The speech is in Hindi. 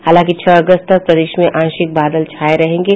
हालांकि छह अगस्त तक प्रदेश में आंशिक बादल छाये रहेंगे